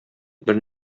бер